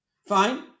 Fine